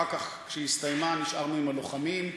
אחר כך, כשהיא הסתיימה, נשארנו עם הלוחמים,